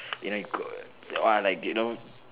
you know you go no lah like you know